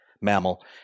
mammal